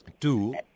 Two